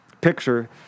picture